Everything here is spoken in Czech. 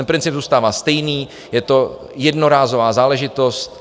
Princip zůstává stejný, je to jednorázová záležitost.